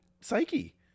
psyche